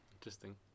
interesting